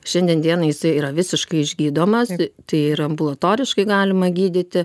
šiandien dieną jisai yra visiškai išgydomas tai ir ambulatoriškai galima gydyti